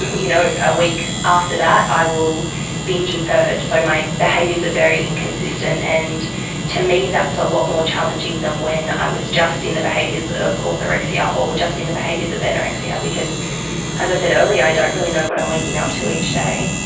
you know a week after that i will binge and purge, so my behaviours are very inconsistent, and to me that's a lot more challenging than when i was just in the behaviours of orthorexia or just in the behaviours of anorexia, because as i said earlier, i don't really know what i'm waking up to each day.